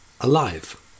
alive